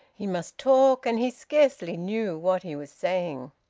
he must talk, and he scarcely knew what he was saying.